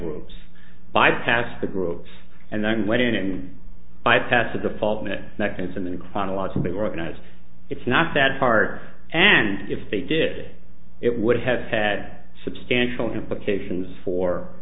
groups bypass the groups and then went in and bypass the default mechanism in chronologically organized it's not that hard and if they did it would have had substantial implications for